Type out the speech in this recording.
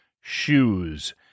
shoes